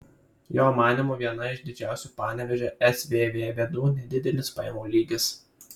jo manymu viena iš didžiausių panevėžio svv bėdų nedidelis pajamų lygis